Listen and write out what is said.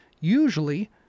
usually